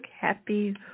Happy